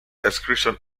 excretion